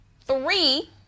three